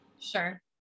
Sure